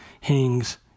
hangs